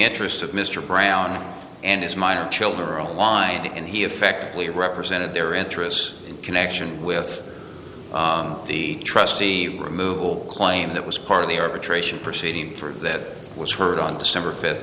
interests of mr brown and his minor children are aligned and he effectively represented their interests in connection with the trustee removal claim that was part of the arbitration proceeding through that was heard on december fifth